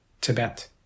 Tibet